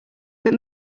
but